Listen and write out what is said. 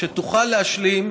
שתוכל להשלים